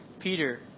Peter